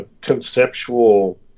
conceptual